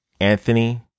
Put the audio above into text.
anthony